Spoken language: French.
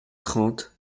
trente